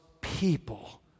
people